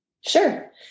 Sure